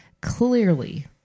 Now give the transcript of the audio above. clearly